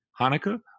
Hanukkah